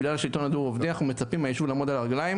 בגלל השלטון הדו-רובדי אנחנו מצפים מהיישוב לעמוד על הרגליים